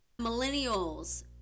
millennials